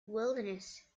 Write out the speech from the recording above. wilderness